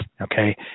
okay